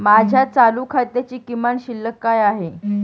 माझ्या चालू खात्याची किमान शिल्लक काय आहे?